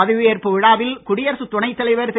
பதவியேற்பு விழாவில் குடியரசுத் துணைத் தலைவர் திரு